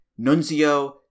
Nunzio